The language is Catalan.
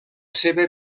seva